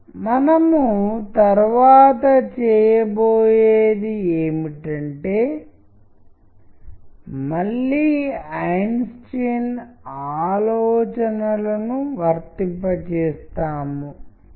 మనము అవగాహన చర్చల గురించి తరువాత కొంత మేరకు తారుమారు చేసే వ్యక్తులను మళ్లీ ఒప్పించడం గురించి ప్రతికూల కోణంలో వెళ్ళే వ్యక్తులు గురుంచి అవసరం లేదు